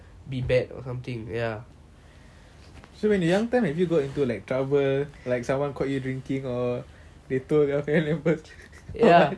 so when the young time have you got into like trouble like someone called you drinking or they told you off they told your parents